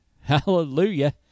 Hallelujah